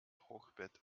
hochbett